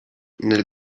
nel